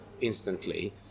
instantly